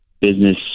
business